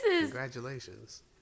Congratulations